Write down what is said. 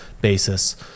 basis